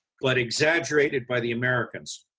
but exaggerated by the americans